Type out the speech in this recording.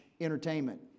entertainment